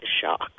shock